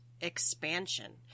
expansion